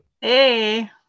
Hey